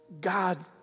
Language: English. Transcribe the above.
God